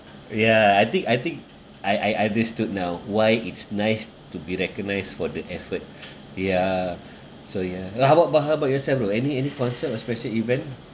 ya I think I think I I understood now why it's nice to be recognised for the effort ya so ya but how about about how about yourself bro any any concert or special event